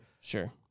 Sure